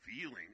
feeling